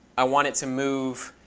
i want it to move